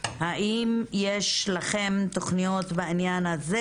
האם יש לכם תכניות בעניין הזה?